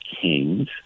kings